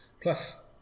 plus